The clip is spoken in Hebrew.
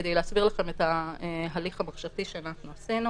כדי להסביר לכם את ההליך המחשבתי שאנחנו עשינו.